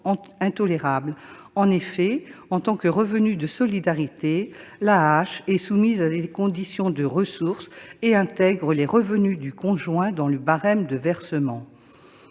En effet, en tant que revenu de solidarité, l'AAH est soumise à des conditions de ressources et intègre les revenus du conjoint dans le barème de versement.